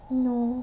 no